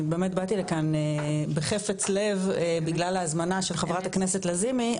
אני באמת באתי לכאן בחפץ לב בגלל ההזמנה של חברת הכנסת לזימי,